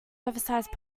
oversized